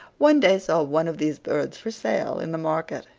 one day saw one of these birds for sale in the market,